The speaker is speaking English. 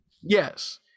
Yes